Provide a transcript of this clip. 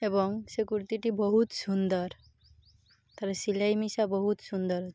ଏବଂ ସେ କୁର୍ତ୍ତିଟି ବହୁତ ସୁନ୍ଦର ତାର ସିଲାଇ ମିଶା ବହୁତ ସୁନ୍ଦର ଅଛି